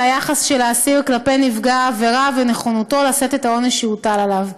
על היחס של האסיר כלפי נפגע העבירה ונכונותו לשאת בעונש שהוטל עליו.